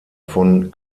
von